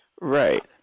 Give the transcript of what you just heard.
right